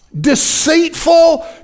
deceitful